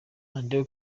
andrew